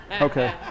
Okay